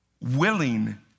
willing